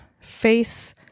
face